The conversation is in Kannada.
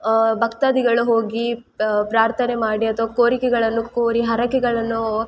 ಭಕ್ತಾದಿಗಳು ಹೋಗಿ ಪ್ರಾರ್ಥನೆ ಮಾಡಿ ಅಥವಾ ಕೋರಿಕೆಗಳನ್ನು ಕೋರಿ ಹರಕೆಗಳನ್ನು